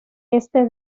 este